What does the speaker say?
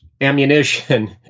ammunition